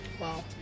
wow